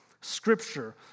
Scripture